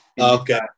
Okay